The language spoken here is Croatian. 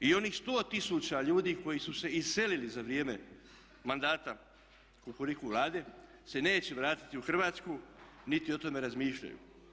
I onih 100 tisuća ljudi koji su se iselili za vrijeme mandata kukuriku Vlade se neće vratiti u Hrvatsku niti o tome razmišljaju.